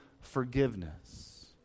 forgiveness